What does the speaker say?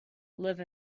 live